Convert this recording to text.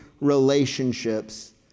relationships